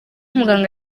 muganga